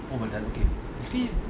usually